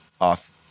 off